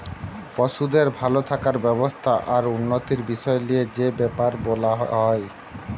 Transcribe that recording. পশুদের ভাল থাকার ব্যবস্থা আর উন্নতির বিষয় লিয়ে যে বেপার বোলা হয়